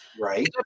Right